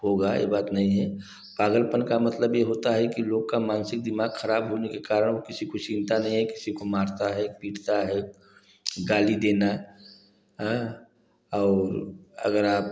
होगा ये बात नहीं है पागलपन का मतलब ये होता है कि लोग का मानसिक दिमाग खराब होने के कारण वो किसी को चीन्हता नहीं है किसी को मारता है पीटता है गाली देना और अगर आप